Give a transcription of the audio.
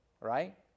Right